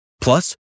Plus